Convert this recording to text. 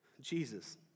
Jesus